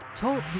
Talk